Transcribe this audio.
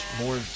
more